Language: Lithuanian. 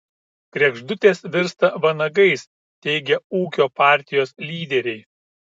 kregždutės virsta vanagais teigia ūkio partijos lyderiai